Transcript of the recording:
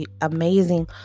amazing